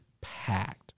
packed